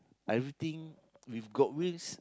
everything if got wills